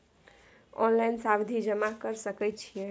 Online सावधि जमा कर सके छिये?